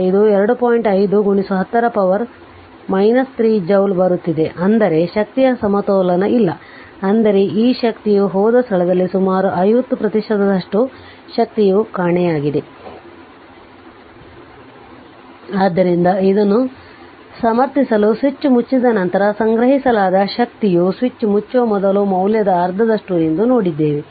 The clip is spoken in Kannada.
5 10 ರ ಪವರ್ 3 ಜೌಲ್ ಬರುತ್ತಿದೆ ಅಂದರೆ ಶಕ್ತಿಯ ಸಮತೋಲನ ಇಲ್ಲ ಅಂದರೆ ಆ ಶಕ್ತಿಯು ಹೋದ ಸ್ಥಳದಲ್ಲಿ ಸುಮಾರು 50 ಪ್ರತಿಶತದಷ್ಟು ಶಕ್ತಿಯು ಕಾಣೆಯಾಗಿದೆ ಆದ್ದರಿಂದ ಇದನ್ನು ಸಮರ್ಥಿಸಲು ಸ್ವಿಚ್ ಮುಚ್ಚಿದ ನಂತರ ಸಂಗ್ರಹಿಸಲಾದ ಶಕ್ತಿಯು ಸ್ವಿಚ್ ಮುಚ್ಚುವ ಮೊದಲು ಮೌಲ್ಯದ ಅರ್ಧದಷ್ಟು ಎಂದು ನೋಡಿದ್ದೇವೆ